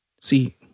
See